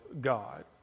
God